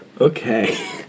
Okay